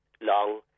long